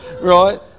right